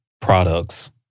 products